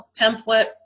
template